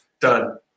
done